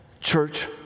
church